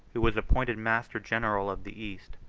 who was appointed master-general of the east,